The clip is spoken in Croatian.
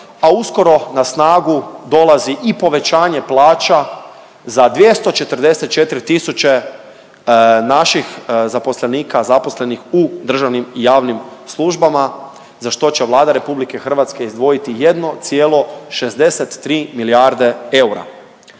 a uskoro na snagu dolazi i povećanje plaća za 244 tisuće naših zaposlenika zaposlenih u državnim i javnim službama, za što će Vlada RH izdvojiti 1,63 milijarde eura.